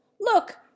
look